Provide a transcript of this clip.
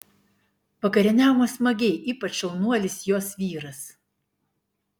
vakarieniavome smagiai ypač šaunuolis jos vyras